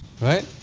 right